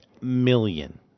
million